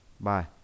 bye